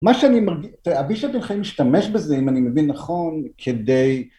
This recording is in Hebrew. מה שאני מרגיש, אבי שאתם יכולים להשתמש בזה אם אני מבין נכון כדי